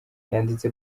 yanditse